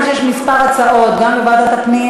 בשם המשיבים והמשיבות חברת הכנסת מיכל רוזין,